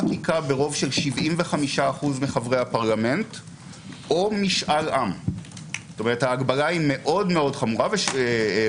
הרי ברור וידוע שזה אחר כך יעבור עוד ערכאה ויעבור ערעור.